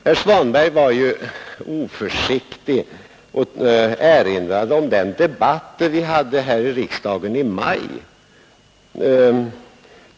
Herr Svanberg var oförsiktig nog att erinra om den debatt som fördes i riksdagen i maj.